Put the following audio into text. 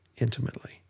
intimately